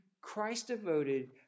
Christ-devoted